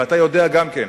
ואתה יודע גם כן,